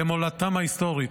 למולדתם ההיסטורית.